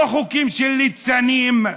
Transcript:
לא חוקים של ליצנים,